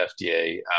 FDA